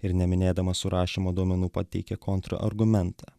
ir neminėdamas surašymo duomenų pateikė kontrargumentą